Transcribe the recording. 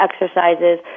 exercises